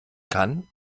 kann